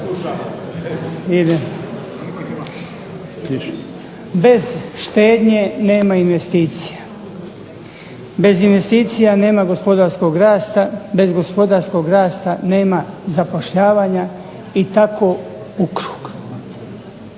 Bez štednje nema investicija, bez investicija nema gospodarskog rasta, bez gospodarskog rasta nema zapošljavanja i tako ukrug.